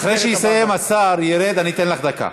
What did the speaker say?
אחרי שיסיים השר וירד אני אתן לך דקה.